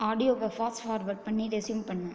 ஆடியோவை fast forward பண்ணி resume பண்ணு